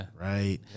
right